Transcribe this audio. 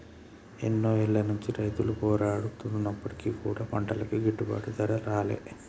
ఎన్నో ఏళ్ల నుంచి రైతులు పోరాడుతున్నప్పటికీ కూడా పంటలకి గిట్టుబాటు ధర రాలే